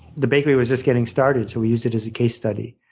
the bakery was just getting started so we used it as a case study.